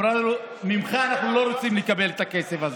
היא אמרה לו: ממך אנחנו לא רוצים לקבל את הכסף הזה.